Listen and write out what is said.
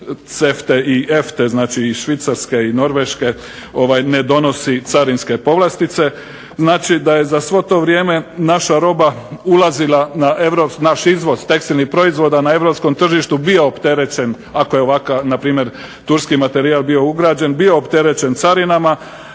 CEFTA-e i EFTA-e znači iz Švicarske i Norveške, ne donosi carinske povlastice. Znači da je za svo to vrijeme naša roba ulazila na, naš izvoz tekstilnih proizvoda na europskom tržištu bio opterećen ako je ovakav npr. turski materijal bio ugrađen, bio opterećen carinama